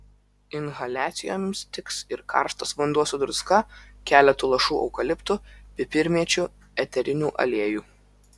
inhaliacijoms tiks ir karštas vanduo su druska keletu lašų eukaliptų pipirmėčių eterinių aliejų